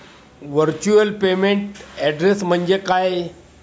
Virtual payment address म्हणजे काय?